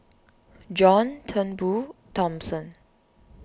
John Turnbull Thomson